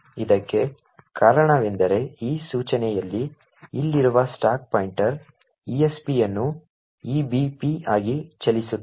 ಇದಕ್ಕೆ ಕಾರಣವೆಂದರೆ ಈ ಸೂಚನೆಯಲ್ಲಿ ಇಲ್ಲಿರುವ ಸ್ಟಾಕ್ ಪಾಯಿಂಟರ್ esp ಅನ್ನು ebp ಆಗಿ ಚಲಿಸುತ್ತದೆ